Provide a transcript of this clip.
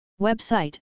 Website